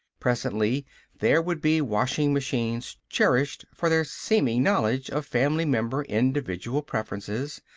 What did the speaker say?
presently there would be washing-machines cherished for their seeming knowledge of family-member individual preferences,